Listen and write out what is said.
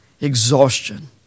exhaustion